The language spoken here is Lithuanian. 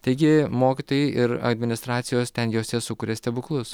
taigi mokytojai ir administracijos ten jose sukuria stebuklus